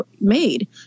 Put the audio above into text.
made